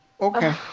Okay